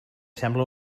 sembla